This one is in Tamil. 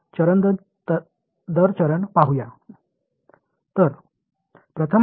இது நிறைய செட்களை கொண்டது அவற்றை படிப்படியாக பார்க்கலாம்